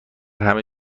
همه